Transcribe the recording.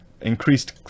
increased